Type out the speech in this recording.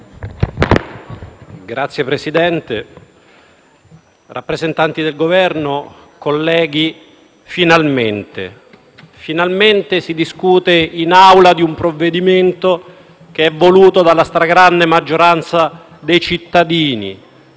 Signor Presidente, rappresentanti del Governo, colleghi: finalmente. Finalmente si discute in Aula di un provvedimento che è voluto dalla stragrande maggioranza dei cittadini;